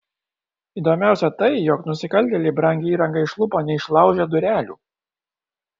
įdomiausia tai jog nusikaltėliai brangią įrangą išlupo neišlaužę durelių